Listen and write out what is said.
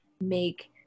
make